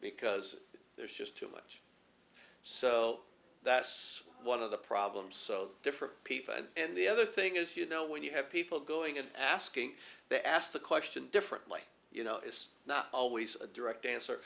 because there's just too much so that's one of the problems of different people and the other thing is you know when you have people going and asking to ask the question differently you know it's not always a direct answer or